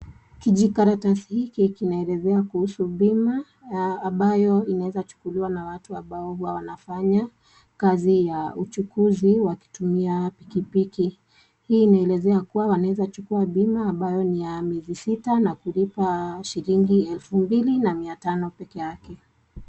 Kijikaratasi hiki kinaelezea kuhusu bima ambayo inaweza chukuliwa na watu ambao wanafanya kazi ya uchukuzi wakitumia pikipiki. Hii inaelezea kuwa wanaweza chukua bima ambayo ni ya miezi sita na kulipa shilingi elfu mbili na mia tano pekee yake.